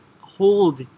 hold